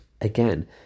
again